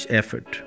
effort